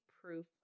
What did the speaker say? proof